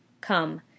Come